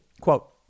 Quote